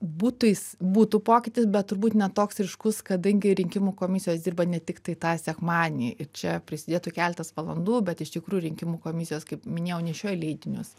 būtų jis būtų pokytis bet turbūt ne toks ryškus kadangi rinkimų komisijos dirba ne tiktai tą sekmadienį ir čia prisidėtų keletas valandų bet iš tikrųjų rinkimų komisijos kaip minėjau nešioja leidinius